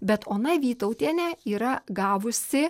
bet ona vytautienė yra gavusi